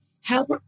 help